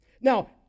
Now